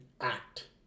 act